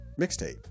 mixtape